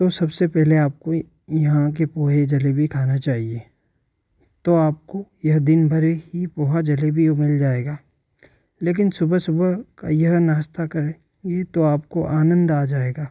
तो सबसे पहले आपको यहाँ के पोहे जलेबी खाना चाहिए तो आपको यह दिन भर ही पोहा जलेबी मिल जाएगा लेकिन सुबह सुबह का यह नाश्ता करेंगे तो आपको आनंद आ जाएगा